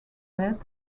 bed